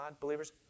believers